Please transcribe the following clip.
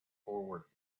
forward